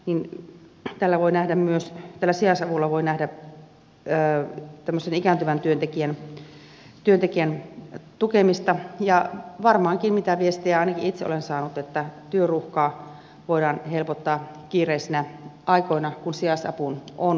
tässä sijaisavussa voi nähdä tämmöisen ikääntyvän työntekijän tukemista ja varmaankin mitä viestejä ainakin itse olen saanut työruuhkaa voidaan helpottaa kiireisinä aikoina kun sijaisapuun on mahdollisuus